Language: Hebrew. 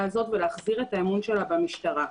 הזו ולהחזיר את האמון שלה במשטרה.